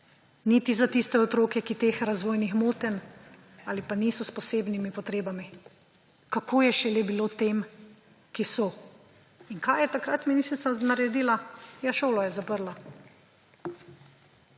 niti za tiste otroke, ki teh razvojnih motenj ali pa niso s posebnimi potrebami, kako je šele bilo tem, ki so. In kaj je takrat ministrica naredila? Ja, šolo je zaprla.